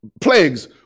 plagues